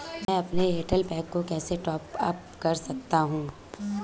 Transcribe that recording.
मैं अपने Airtel pack को कैसे टॉप अप कर सकता हूँ?